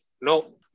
No